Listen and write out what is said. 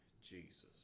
Jesus